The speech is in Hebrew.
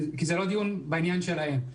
כי זה לא דיון בעניין שלהם.